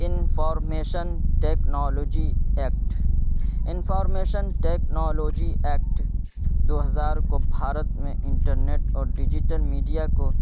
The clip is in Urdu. information technology act information technology act دو ہزار کو بھارت میں انٹرنیٹ اور ڈیجیٹل میڈیا کو